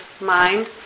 mind